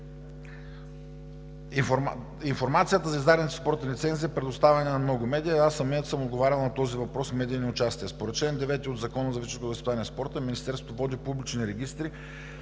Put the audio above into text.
Информацията за издадените спортни лицензи е предоставена на много медии. Аз самият съм отговарял на този въпрос в медийни участия. Според чл. 9 от Закона за физическото възпитание и спорта Министерството води публични регистри